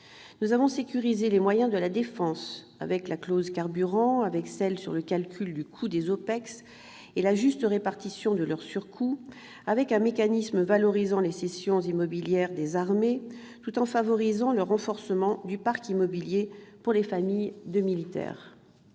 Nous avons sécurisé les moyens de la défense. Je pense à la clause « carburants », à celle sur le calcul du coût des OPEX et la juste répartition de leur surcoût et au mécanisme valorisant les cessions immobilières des armées, tout en favorisant le renforcement du parc immobilier pour les familles de militaires.